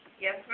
Yes